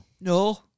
No